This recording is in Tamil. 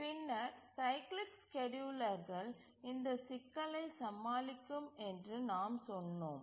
பின்னர் சைக்கிளிக் ஸ்கேட்யூலர்கள் இந்த சிக்கலை சமாளிக்கும் என்று நாம் சொன்னோம்